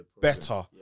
better